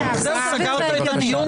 זהו, סגרת את הדיון?